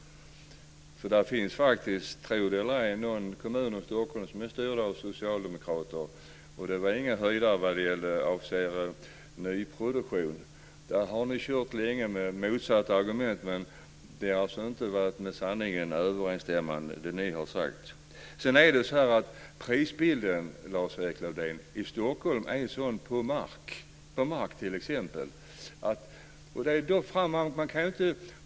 Det finns faktiskt, tro det eller ej, några kommuner i Stockholm som är styrda av socialdemokrater, och det var inga höjdare vad avser nyproduktion. Där har ni länge kört med motsatt argument, men det ni har sagt har alltså inte varit med sanningen överensstämmande.